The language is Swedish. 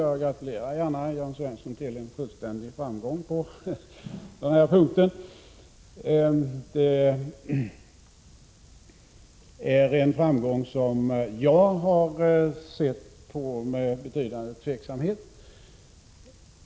Jag gratulerar gärna Jörn Svensson till en fullständig framgång på den här punkten. Men det är en framgång som jag har sett på med betydande tveksamhet.